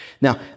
Now